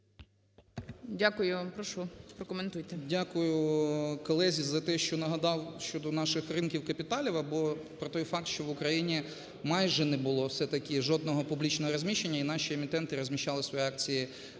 Дякую, колезі за те, що нагадав щодо наших ринків капіталів або про той факт, що в Україні майже не було все-таки жодного публічного розміщення, і наші емітенти розміщали свої акції